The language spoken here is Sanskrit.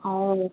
ओ